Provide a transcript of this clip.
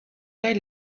they